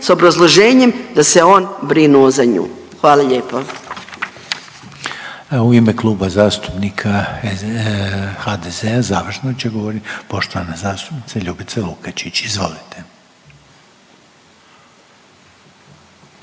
s obrazloženjem da se on brinuo za nju. Hvala lijepo. **Reiner, Željko (HDZ)** U ime Kluba zastupnika HDZ-a, završno će govorit poštovana zastupnica Ljubica Lukačić. Izvolite.